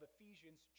Ephesians